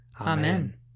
Amen